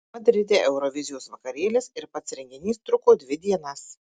madride eurovizijos vakarėlis ir pats renginys truko dvi dienas